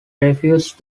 refused